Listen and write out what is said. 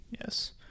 Yes